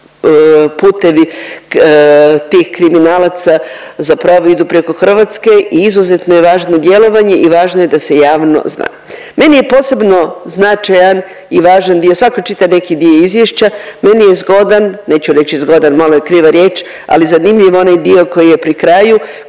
putevi tih kriminalaca zapravo idu preko Hrvatske i izuzetno je važno djelovanje i važno je da se javno zna. Meni je posebno značajan i važan dio, svako čita neki dio izvješća meni je zgodan, neću reći zgodan malo je kriva riječ, ali zanimljiv onaj dio koji je pri kraju,